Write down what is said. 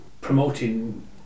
promoting